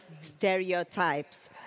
stereotypes